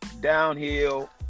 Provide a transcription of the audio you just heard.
downhill